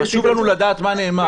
חשוב לנו לדעת מה נאמר.